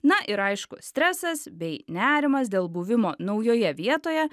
na ir aišku stresas bei nerimas dėl buvimo naujoje vietoje